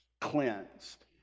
cleansed